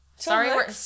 Sorry